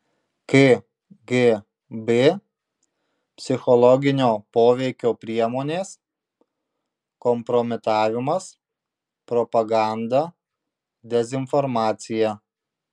kgb psichologinio poveikio priemonės kompromitavimas propaganda dezinformacija